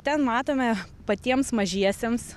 ten matome patiems mažiesiems